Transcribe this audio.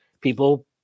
people